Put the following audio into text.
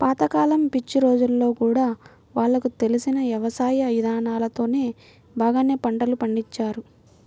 పాత కాలం పిచ్చి రోజుల్లో గూడా వాళ్లకు తెలిసిన యవసాయ ఇదానాలతోనే బాగానే పంటలు పండించారు